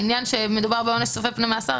העניין שמדובר בעונש צופה פני מאסר,